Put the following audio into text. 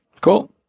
Cool